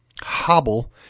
hobble